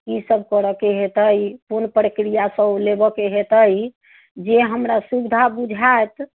की सभ करऽके हेतै कोन प्रक्रिआसँ ओ लेबऽके हेतै जे हमरा सुविधा बुझाएत